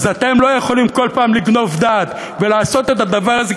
אז אתם לא יכולים כל פעם לגנוב דעת ולעשות את הדבר הזה,